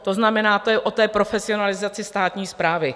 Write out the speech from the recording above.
To znamená, to je o profesionalizaci státní správy.